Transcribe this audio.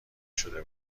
شده